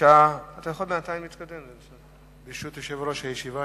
ברשות יושב-ראש הישיבה,